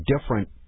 different